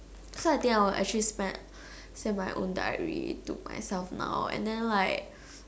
so I think I will actually spend send my own diary to myself now and then like